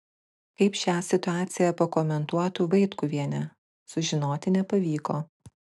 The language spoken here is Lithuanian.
kaip šią situaciją pakomentuotų vaitkuvienė sužinoti nepavyko